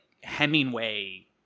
Hemingway